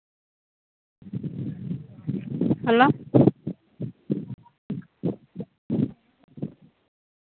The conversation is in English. hello